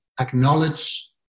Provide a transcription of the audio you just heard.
acknowledge